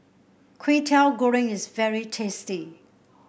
Kwetiau Goreng is very tasty